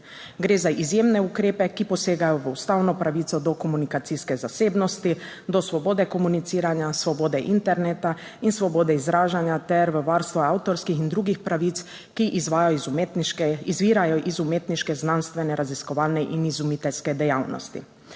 Gre za izjemne ukrepe, ki posegajo v ustavno pravico do komunikacijske zasebnosti, do svobode komuniciranja, svobode interneta in svobode izražanja ter v varstvo avtorskih in drugih pravic, ki izvirajo iz umetniške, znanstvene, raziskovalne in izumiteljske dejavnosti.